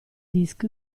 disc